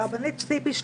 הרבנית ציפי שליסל,